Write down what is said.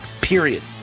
period